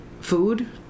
food